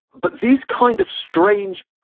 but these kind of strange,